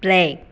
play